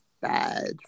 bad